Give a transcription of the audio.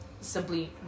Simply